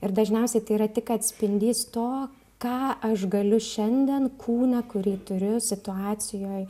ir dažniausia tai yra tik atspindys to ką aš galiu šiandien kūną kurį turiu situacijoj